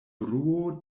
bruo